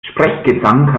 sprechgesang